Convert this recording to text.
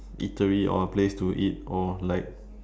eatery or a place to eat or like